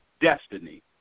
destiny